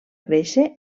créixer